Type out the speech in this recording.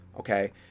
Okay